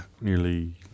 nearly